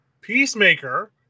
Peacemaker